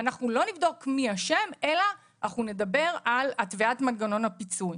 ואנחנו לא נבדוק מי אשם אלא נדבר על התווית מנגנון הפיצוי.